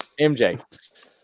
MJ